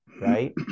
right